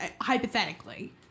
hypothetically